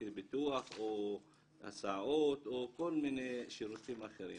ביטוח או הסעות או כל מיני שירותים אחרים.